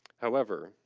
however,